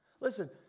Listen